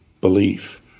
belief